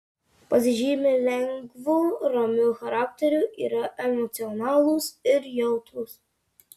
pasižymi lengvu ramiu charakteriu yra emocionalūs ir jautrūs